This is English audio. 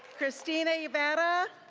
christina rivera,